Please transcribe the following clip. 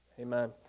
Amen